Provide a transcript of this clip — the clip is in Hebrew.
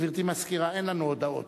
גברתי המזכירה, אין לנו הודעות.